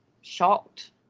shocked